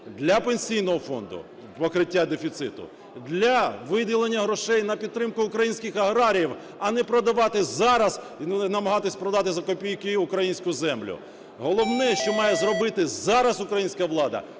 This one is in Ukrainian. для Пенсійного фонду, покриття дефіциту, для виділення грошей на підтримку українських аграріїв, а не продавати зараз… намагатися продати за копійки українську землю. Головне, що має зробити зараз українська влада